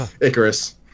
Icarus